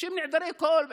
שהם חסרי כול.